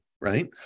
right